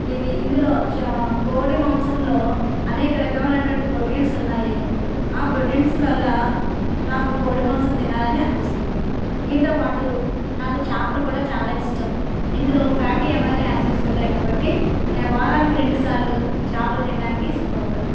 ఇవి ఇందులో చా కోడి మాంసంలో అనేక రకమైనటువంటి ప్రోటీన్స్ ఉన్నాయి ఆ ప్రోటీన్స్ వల్ల నాకు కోడి మాంసం తినాలని అనిపిస్తుంది దీనితో పాటు నాకు చేపలు కూడా చాలా ఇష్టం ఇందులో ఫ్యాటీ అమైనో యాసిడ్స్ ఉంటాయి కాబట్టి నేను వారానికి రెండు సార్లు చేపలు తినడానికి ఇష్టపడతాను